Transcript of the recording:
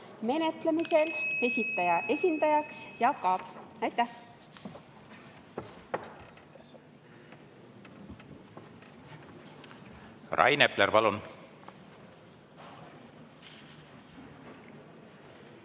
menetlemisel esitaja esindaja Jaak Aab. Aitäh!